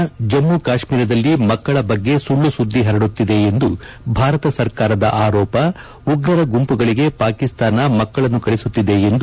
ಪಾಕಿಸ್ತಾನ ಜಮ್ನು ಕಾಶ್ತೀರದಲ್ಲಿ ಮಕ್ಕಳ ಬಗ್ಗೆ ಸುಳ್ಳು ಸುದ್ದಿ ಹರಡುತ್ತಿದೆ ಎಂದು ಭಾರತ ಸರ್ಕಾರದ ಆರೋಪ ಉಗ್ರರ ಗುಂಪುಗಳಿಗೆ ಪಾಕಿಸ್ನಾನ ಮಕ್ಕಳನ್ನು ಕಳಿಸುತ್ತಿದೆ ಎಂದು ತಿರುಗೇಟು